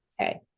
Okay